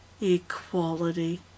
Equality